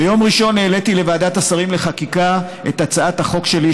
ביום ראשון העליתי לוועדת השרים לחקיקה את הצעת החוק שלי,